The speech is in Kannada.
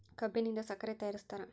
ಕಬ್ಬಿನಿಂದ ಸಕ್ಕರೆ ತಯಾರಿಸ್ತಾರ